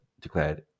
declared